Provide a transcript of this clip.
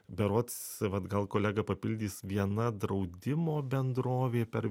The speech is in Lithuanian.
berods vat gal kolega papildys viena draudimo bendrovė per